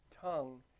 tongue